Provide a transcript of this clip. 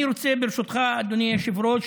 אני רוצה, ברשותך, אדוני היושב-ראש,